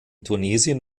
tunesien